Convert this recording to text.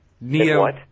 Neo